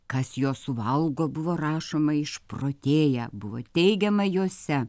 kas juos suvalgo buvo rašoma išprotėję buvo teigiama jose